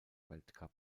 weltcup